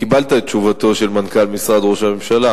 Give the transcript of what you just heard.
קיבלת את תשובתו של מנכ"ל משרד ראש הממשלה,